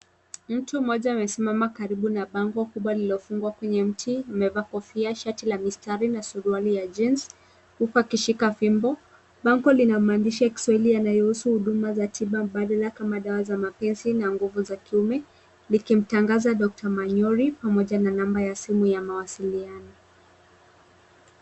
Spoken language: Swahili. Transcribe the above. Mtu mmoja amesimama karibu na bango kubwa lililofungwa kwenye mtu. Amevaa kofia, shati la mistari na suruali ya jeans huku akishika fimbo. Bango lina maandishi ya Kiswahili yanayohusu huduma za tiba mbadala kama dawa ya mapenzi na nguvu za kiume likimtangaza doctor Manyori pamoja na namba ya simu ya mawasiliano.